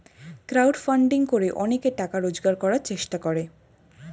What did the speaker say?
crowd funding করে অনেকে টাকা রোজগার করার চেষ্টা করে